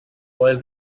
oil